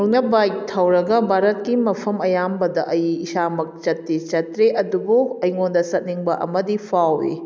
ꯑꯩꯅ ꯕꯥꯏꯛ ꯊꯧꯔꯒ ꯚꯥꯔꯠꯀꯤ ꯃꯐꯝ ꯑꯌꯥꯝꯕꯗ ꯑꯩ ꯏꯁꯥꯃꯛ ꯆꯠꯇꯤ ꯆꯠꯇ꯭ꯔꯤ ꯑꯗꯨꯕꯨ ꯑꯩꯉꯣꯟꯗ ꯆꯠꯅꯤꯡꯕ ꯑꯃꯗꯤ ꯐꯥꯎꯏ